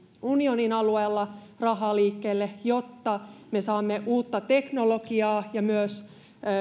unionin alueella rahaa liikkeelle jotta me saamme uutta teknologiaa ja myös